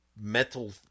metal